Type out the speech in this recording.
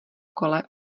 kole